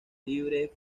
libres